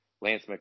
Lance